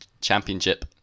Championship